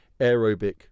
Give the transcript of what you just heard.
aerobic